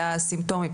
והא-סימפטומטית,